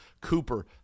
Cooper